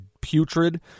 putrid